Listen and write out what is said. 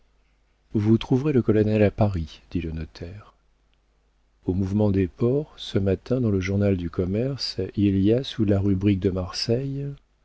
vous trouverez le colonel à paris dit le notaire au mouvement des ports ce matin dans le journal du commerce il y a sous la rubrique de marseille